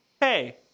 Hey